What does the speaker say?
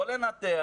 לא לנתח,